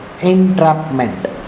entrapment